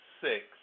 six